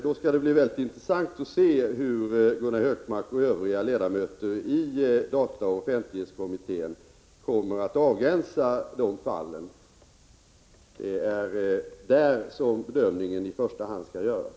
Nu skall det bli mycket intressant att se hur Gunnar Hökmark och övriga ledamöter i data och offentlighetskommittén kommer att avgränsa dessa fall. Det är nämligen i denna kommitté som en sådan bedömning i första hand skall göras.